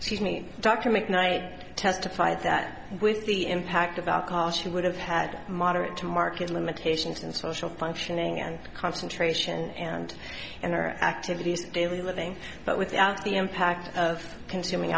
judged me dr mcknight testified that with the impact of alcohol she would have had moderate to market limitations in social functioning and concentration and and her activities of daily living but without the impact of consuming